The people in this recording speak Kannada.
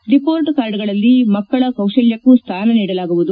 ರಿಮೋರ್ಟ್ ಕಾರ್ಡ್ಗಳಲ್ಲಿ ಮಕ್ಕಳ ಕೌಶಲ್ವಕ್ಕೂ ಸ್ಥಾನ ನೀಡಲಾಗುವುದು